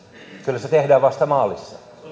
kyllä se se tehdään vasta maalissa